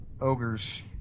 ogres